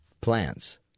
plants